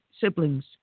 siblings